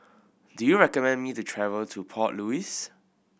do you recommend me to travel to Port Louis